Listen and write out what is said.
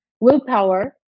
willpower